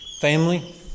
family